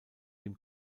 dem